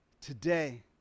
today